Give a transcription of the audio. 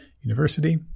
University